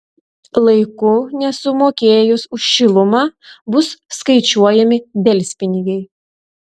laiku nesumokėjus už šilumą bus skaičiuojami delspinigiai